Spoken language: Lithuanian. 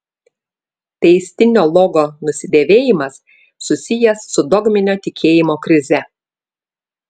teistinio logo nusidėvėjimas susijęs su dogminio tikėjimo krize